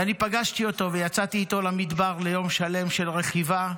ואני פגשתי אותו ויצאתי איתו למדבר ליום שלם של רכיבה.